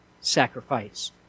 sacrifice